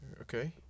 Okay